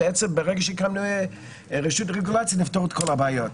שברגע שהקמנו רשות רגולציה נפתור את כל הבעיות.